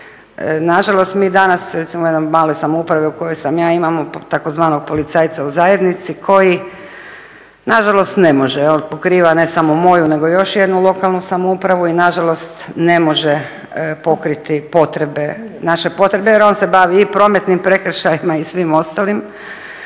Na žalost mi danas, recimo u jednoj maloj samoupravi u kojoj sam ja imamo tzv. policajca u zajednici koji na žalost ne može. Pokriva ne samo moju nego i još jednu lokalnu samoupravu i na žalost ne može pokriti potrebe, naše potrebe jer on se bavi i prometnim prekršajima i svim ostalim.